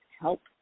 help